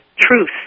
truth